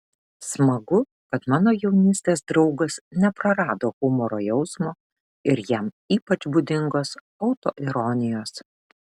smagu kad mano jaunystės draugas neprarado humoro jausmo ir jam ypač būdingos autoironijos